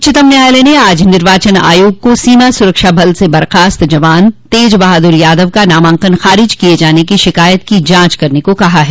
उच्चतम न्यायालय ने आज निर्वाचन आयोग को सोमा सुरक्षा बल से बर्खास्त जवान तेज बहादुर यादव का नामांकन खारिज किये जाने की शिकायत की जांच करने को कहा है